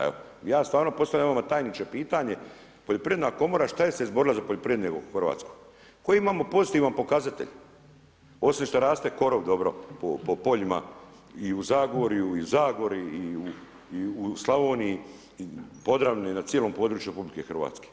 Evo ja stvarno postavljam vama tajniče pitanje Poljoprivredna komora šta se izborila za poljoprivrednike u Hrvatskoj? koje imamo pozitivne pokazatelje, osim što raste korov dobro po poljima i u Zagorju i u Zagori i u Slavoniji, Podravini, na cijelom području RH.